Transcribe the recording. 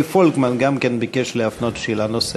פולקמן גם כן ביקשו להפנות שאלה נוספת.